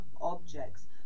objects